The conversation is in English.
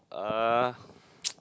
uh